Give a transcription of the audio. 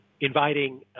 inviting